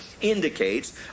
indicates